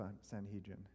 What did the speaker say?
Sanhedrin